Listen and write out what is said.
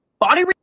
Body